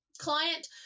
client